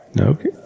Okay